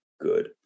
good